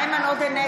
(קוראת בשם חבר הכנסת) איימן עודה,